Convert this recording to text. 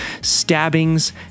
stabbings